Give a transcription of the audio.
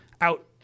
out